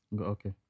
Okay